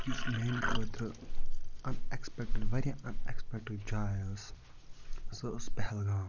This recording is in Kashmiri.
یُس میٛانہِ خٲطرٕ اَن اٮ۪کٕسپیکٹِڈ واریاہ اَن اٮ۪کٕسپیکٹہٕ جاے ٲس سٔہ ٲسۍ پہلگام